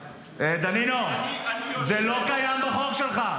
דנינו, זה לא קיים בחוק שלך.